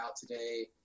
today